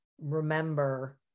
remember